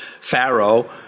Pharaoh